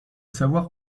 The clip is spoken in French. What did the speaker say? savoir